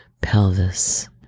pelvis